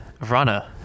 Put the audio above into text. Vrana